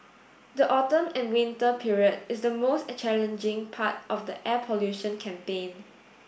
the autumn and winter period is the most challenging part of the air pollution campaign